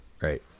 right